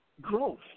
growth